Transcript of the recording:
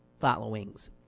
Followings